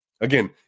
Again